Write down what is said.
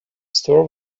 store